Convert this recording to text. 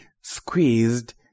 squeezed